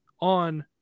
on